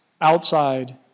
outside